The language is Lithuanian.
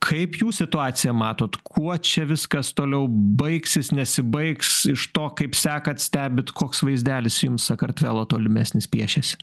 kaip jūs situaciją matot kuo čia viskas toliau baigsis nesibaigs iš to kaip sekat stebit koks vaizdelis jums sakartvelo tolimesnis piešiasi